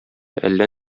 әллә